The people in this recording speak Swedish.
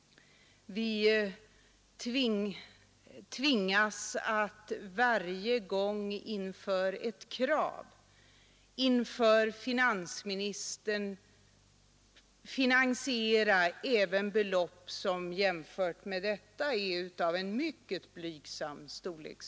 Vi tvingas att vid varje förslag visa täckning även för belopp som jämfört med detta är av mycket blygsam storlek.